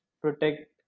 protect